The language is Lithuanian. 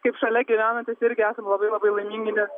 kaip šalia gyvenantys irgi esam labai labai laimingi nes